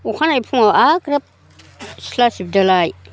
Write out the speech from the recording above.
अखानायै फुङाव आरो ग्रोब सिला सिबदोलाय